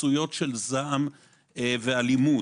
התפרצויות זעם ואלימות,